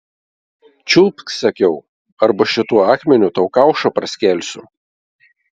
čiulpk sakiau arba šituo akmeniu tau kaušą praskelsiu